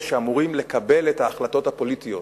שאמורים לקבל את ההחלטות הפוליטיות.